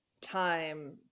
time